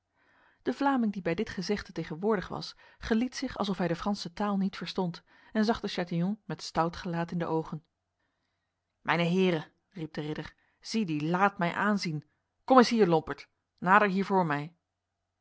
de vlaming die bij dit gezegde tegenwoordig was geliet zich alsof hij de franse taal niet verstond en zag de chatillon met stout gelaat in de ogen mijne heren riep de ridder ziet die laat mij aanzien kom eens hier lomperd nader hier voor mij